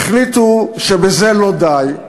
החליטו שבזה לא די,